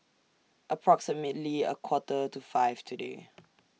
approximately A Quarter to five today